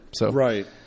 Right